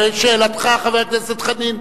ושאלתך, חבר הכנסת חנין?